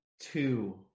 two